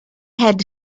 had